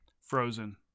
Frozen